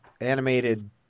animated